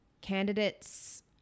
candidates